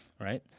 right